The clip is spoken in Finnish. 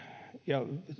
ja